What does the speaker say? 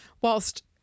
whilst